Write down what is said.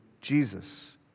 Jesus